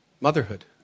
motherhood